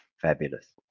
Fabulous